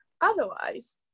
otherwise